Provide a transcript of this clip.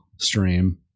stream